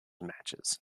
matches